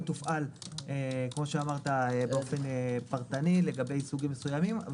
תופעל באופן פרטני לגבי סוגים מסוימים,